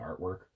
artwork